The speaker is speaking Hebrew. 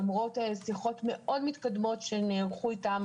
למרות שיחות מתקדמות מאוד שנערכו איתם,